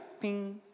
Ping